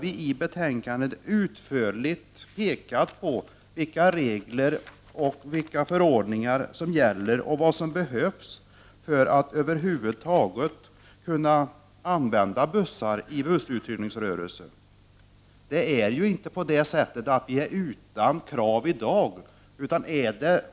I betänkandet har vi utförligt pekat på vilka regler och förordningar som gäller och vad som behövs för att över huvud taget kunna använda bussar i uthyrningsrörelse. Vi är ju inte utan krav i dag.